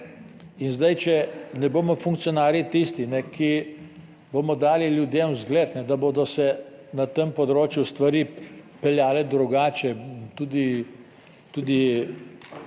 In zdaj, če ne bomo funkcionarji tisti, ki bomo dali ljudem v zgled, da bodo se na tem področju stvari peljale drugače tudi bolj